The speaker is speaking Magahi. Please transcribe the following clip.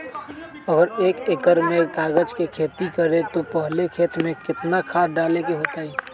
अगर एक एकर में गाजर के खेती करे से पहले खेत में केतना खाद्य डाले के होई?